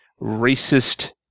racist